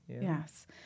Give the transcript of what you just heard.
Yes